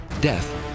death